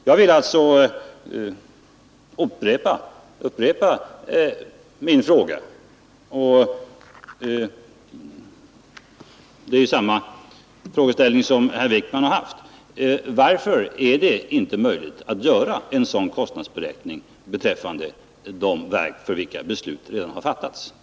Jag vill alltså upprepa min fråga: Varför är det inte möjligt att göra en kostnadsberäkning beträffande de verk, om vilka beslut redan har fattats?